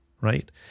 right